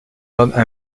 maximum